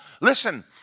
listen